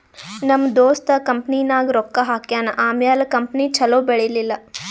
ನಮ್ ದೋಸ್ತ ಕಂಪನಿನಾಗ್ ರೊಕ್ಕಾ ಹಾಕ್ಯಾನ್ ಆಮ್ಯಾಲ ಕಂಪನಿ ಛಲೋ ಬೆಳೀಲಿಲ್ಲ